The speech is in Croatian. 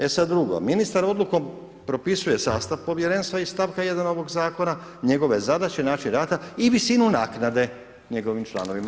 E sad drugo, ministar Odlukom propisuje sastav povjerenstva iz stavka 1., ovog Zakona, njegove zadaće, način rada i visinu naknade njegovim članovima.